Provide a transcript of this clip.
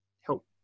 help